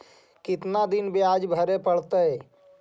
कितना दिन बियाज भरे परतैय?